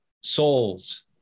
souls